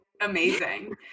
amazing